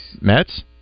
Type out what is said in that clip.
Mets